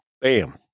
Bam